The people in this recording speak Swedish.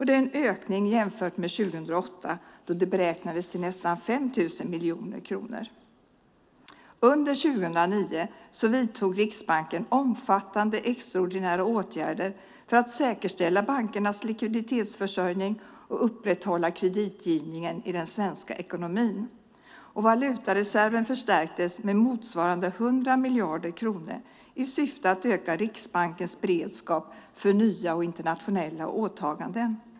Det är en ökning jämfört med 2008 då det beräknades till nästan 5 000 miljoner kronor. Under 2009 vidtog Riksbanken omfattande extraordinära åtgärder för att säkerställa bankernas likviditetsförsörjning och upprätthålla kreditgivningen i den svenska ekonomin. Valutareserven förstärktes med motsvarande 100 miljarder kronor i syfte att öka Riksbankens beredskap för nya och internationella åtaganden.